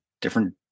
different